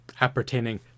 appertaining